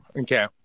Okay